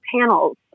panels